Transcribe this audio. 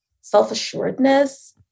self-assuredness